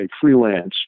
freelance